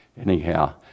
Anyhow